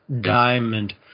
diamond